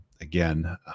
again